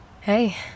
Hey